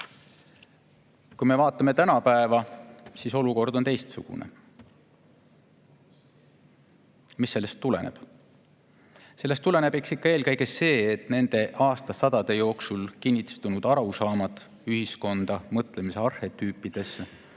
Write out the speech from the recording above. Kui me vaatame tänapäeva, siis on olukord teistsugune. Mis sellest tuleneb? Sellest tuleneb eelkõige see, et nende aastasadade jooksul kinnistunud arusaamad ühiskonna ja mõtlemise arhetüüpidest